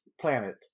planet